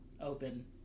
open